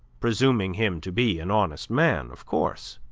presuming him to be an honest man, of course